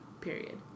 Period